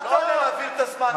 אל תעלה להעביר את הזמן,